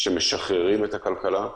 כשמשחררים את הכלכלה,